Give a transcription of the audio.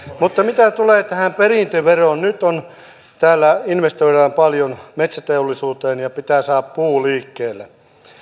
mutta mitä tulee tähän perintöveroon niin nyt täällä investoidaan paljon metsäteollisuuteen ja pitää saada puu liikkeelle